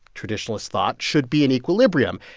traditionalists thought, should be in equilibrium.